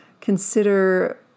consider